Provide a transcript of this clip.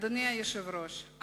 אדוני היושב-ראש,